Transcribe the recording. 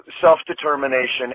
self-determination